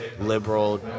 liberal